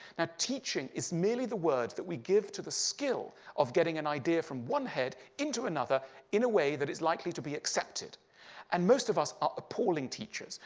teaching is merely the word that we give to the skill of getting an idea from one head into another in a way that it's likely to be accepted and most of us are appalling teachers.